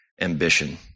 ambition